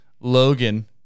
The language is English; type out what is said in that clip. Logan